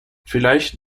vielleicht